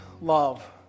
love